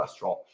cholesterol